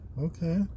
Okay